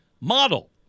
model